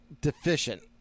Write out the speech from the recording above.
deficient